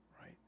right